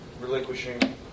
relinquishing